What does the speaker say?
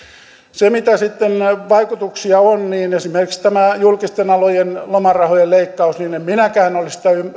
mitä tulee sitten siihen mitä vaikutuksia on niin esimerkiksi tätä julkisten alojen lomarahojen leikkausta en minäkään olisi